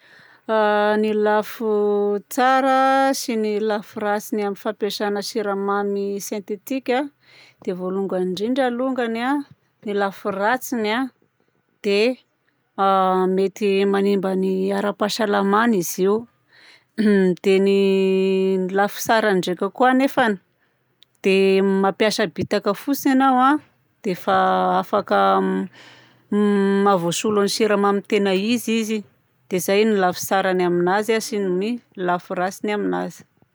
A ny lafo tsara a sy ny lafy ratsiny amin'ny fampiasana siramamy sentetika dia voalongany indrindra alongany a ny lafy ratsiny a dia a mety manimba ny ara-pahasalamana izy io dia ny lafy tsarany ndraika koa agnefany dia mampiasa bitaka fotsiny anao a dia efa afaka m mahavoasolo ny siramamy tena izy izy. Dia izay ny lafy tsarany aminazy sy ny lafy ratsiny aminazy.